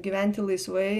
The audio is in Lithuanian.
gyventi laisvai